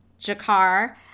Jakar